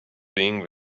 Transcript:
being